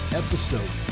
episode